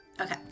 okay